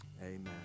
amen